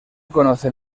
conoce